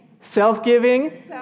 self-giving